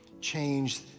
change